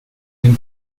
den